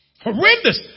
Horrendous